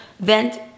Vent